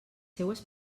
seues